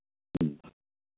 ꯎꯝ